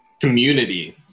Community